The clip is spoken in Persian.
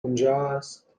اونجاست